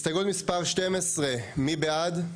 הסתייגות מספר 12. הצבעה בעד,